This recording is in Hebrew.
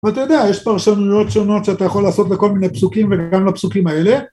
ואתה יודע, יש פרשנויות שונות שאתה יכול לעשות לכל מיני פסוקים וגם לפסוקים האלה.